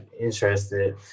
interested